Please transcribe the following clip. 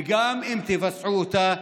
וגם אם תבצעו אותה,